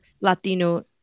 Latino